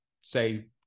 say